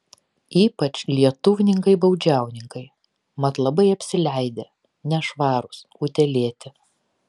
ypač lietuvninkai baudžiauninkai mat labai apsileidę nešvarūs utėlėti